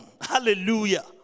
Hallelujah